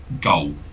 goal